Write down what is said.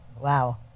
Wow